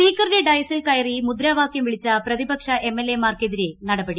സ്പീക്കറുടെ ഡയ്സിൽ കയറി മുദ്രാവാക്യം വിളിച്ച പ്രതിപക്ഷ എംഎൽഎമാർക്കെതിരെ നടപടി